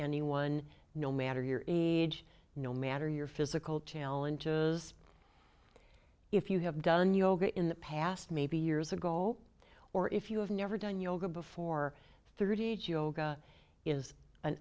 anyone no matter your age no matter your physical challenge if you have done yoga in the past maybe years ago or if you have never done yoga before thirty eight yoga is an